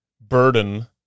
burden